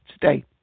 today